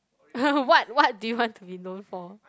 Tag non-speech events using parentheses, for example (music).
(laughs) what what do you want to be known for